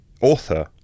author